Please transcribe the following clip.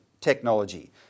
technology